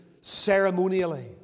ceremonially